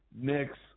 next